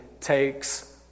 takes